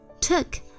Took